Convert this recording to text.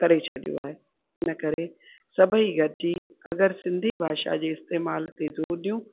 करे छॾियो आहे इनकरे सभेई गॾिजी अगरि सिंधी भाषा जे इस्तेमालु ते ज़ोरु ॾियूं